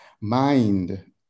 mind